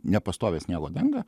nepastovią sniego dangą